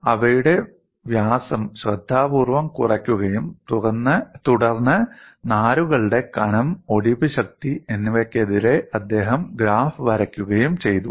അവയുടെ വ്യാസം ശ്രദ്ധാപൂർവ്വം കുറയ്ക്കുകയും തുടർന്ന് നാരുകളുടെ കനം ഒടിവ് ശക്തി എന്നിവയ്ക്കെതിരേ അദ്ദേഹം ഗ്രാഫ് വരക്കുകയും ചെയ്തു